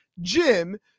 jim